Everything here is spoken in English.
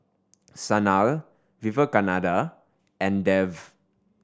Sanal Vivekananda and Dev